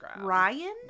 Ryan